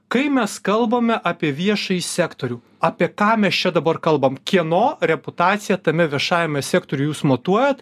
kai mes kalbame apie viešąjį sektorių apie ką mes čia dabar kalbam kieno reputacija tame viešajame sektoriuj jūs matuojat